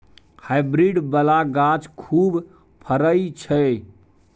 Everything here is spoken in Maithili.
हाईब्रिड बला गाछ खूब फरइ छै